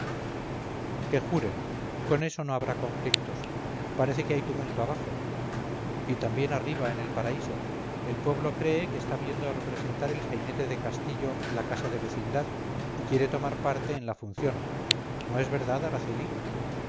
que juren con eso no habrá conflictos parece que hay tumulto abajo y también arriba en el paraíso el pueblo cree que está viendo representar el sainete de castillo la casa de vecindad y quiere tomar parte en la función no es verdad araceli